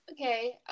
Okay